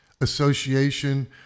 association